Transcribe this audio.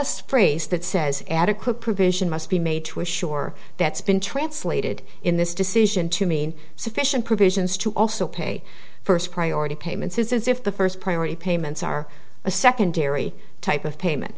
phrase that says adequate provision must be made to assure that's been translated in this decision to mean sufficient provisions to also pay first priority payments it's as if the first priority payments are a secondary type of payment